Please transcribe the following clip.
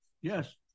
Yes